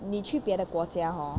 你去别的国家 hor